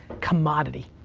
commodity,